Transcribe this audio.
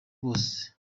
bose